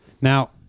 Now